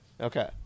Okay